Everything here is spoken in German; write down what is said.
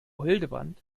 hildebrand